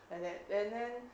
like that and then